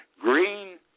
Green